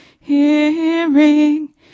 hearing